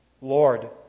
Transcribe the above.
Lord